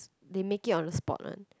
they make it on the spot one